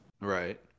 Right